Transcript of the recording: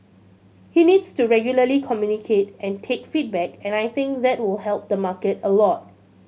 he needs to regularly communicate and take feedback and I think that will help the market a lot